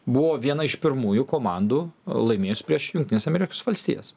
buvo viena iš pirmųjų komandų laimėjusi prieš jungtines amerikos valstijas